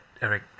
Eric